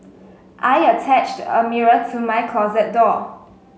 I attached a mirror to my closet door